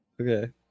Okay